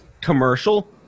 commercial